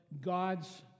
God's